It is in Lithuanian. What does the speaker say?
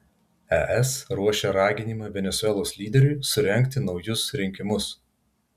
es ruošia raginimą venesuelos lyderiui surengti naujus rinkimus